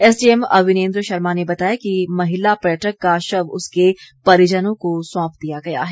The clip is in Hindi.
एसडीएम अविनेंद्र शर्मा ने बताया कि महिला पर्यटक का शव उसके परिजनों को सौंप दिया गया है